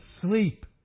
sleep